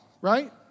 right